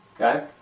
Okay